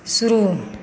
शुरू